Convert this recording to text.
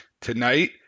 Tonight